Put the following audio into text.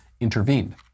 intervened